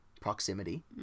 proximity